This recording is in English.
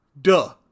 Duh